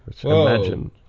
Imagine